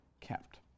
kept